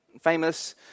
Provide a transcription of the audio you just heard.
Famous